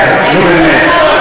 חבר